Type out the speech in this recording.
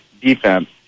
defense